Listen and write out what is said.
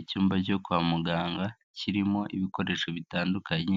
Icyumba cyo kwa muganga, kirimo ibikoresho bitandukanye